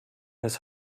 his